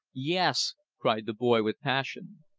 yes cried the boy with passion.